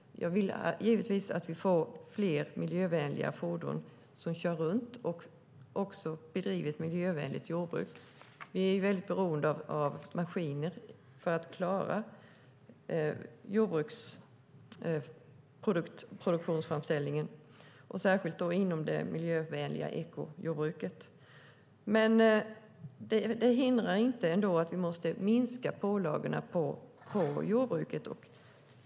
Jag vill givetvis att vi får fler miljövänliga fordon och ett miljövänligt jordbruk. Vi är ju väldigt beroende av maskiner för att klara jordbruksproduktionen, särskilt inom det miljövänliga ekojordbruket. Det hindrar inte att vi måste minska pålagorna på jordbruket.